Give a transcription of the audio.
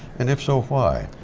and if so why?